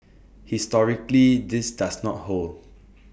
historically this does not hold